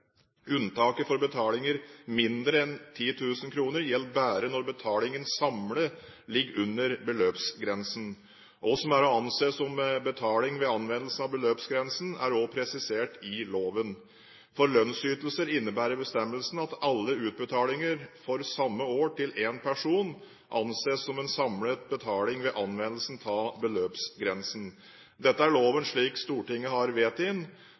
Unntaket for betalinger mindre enn 10 000 kr gjelder bare når betalingen samlet ligger under beløpsgrensen. Hva som er å anse som en betaling ved anvendelsen av beløpsgrensen, er også presisert i loven. For lønnsytelser innebærer bestemmelsen at alle utbetalinger for samme år til én person anses som en samlet betaling ved anvendelsen av beløpsgrensen. Dette er loven slik Stortinget har